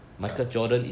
ah